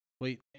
Wait